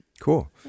Cool